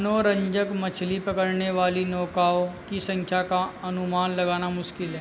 मनोरंजक मछली पकड़ने वाली नौकाओं की संख्या का अनुमान लगाना मुश्किल है